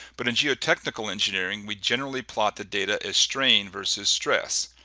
but in geotechnical engineering we generally plot the data as strain versus stress.